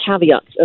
caveats